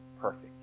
perfect